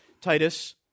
Titus